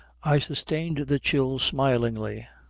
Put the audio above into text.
i sustained the chill smilingly,